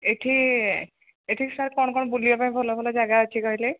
ଏଠି ଏଠି ସାର୍ କ'ଣ କ'ଣ ବୁଲିବା ପାଇଁ ଭଲ ଭଲ ଜାଗା ଅଛି କହିଲେ